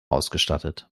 ausgestattet